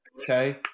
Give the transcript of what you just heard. Okay